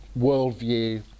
worldview